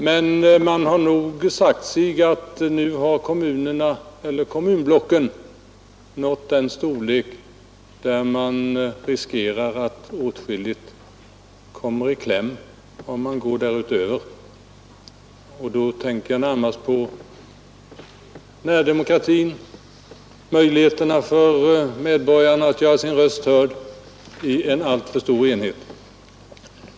Men man har också sagt sig att kommunblocken nu har nått en sådan storlek att man riskerar att åtskilligt kommer i kläm om man går därutöver. Jag tänker närmast på närdemokratin, möjligheterna för medborgarna att göra sina röster hörda i en alltför stor enhet.